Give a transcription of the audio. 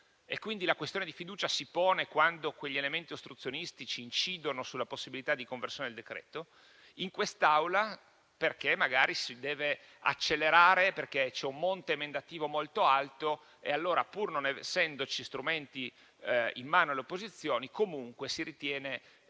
La questione di fiducia si pone quindi quando quegli elementi ostruzionistici incidono sulla possibilità di conversione del decreto-legge in quest'Aula, perché magari si deve accelerare per via di un monte emendativo molto alto e allora, pur non essendoci strumenti in mano alle opposizioni, si ritiene